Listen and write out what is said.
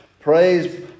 Praise